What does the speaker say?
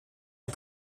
ein